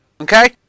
Okay